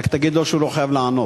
רק תגיד לו שהוא לא חייב לענות.